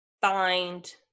find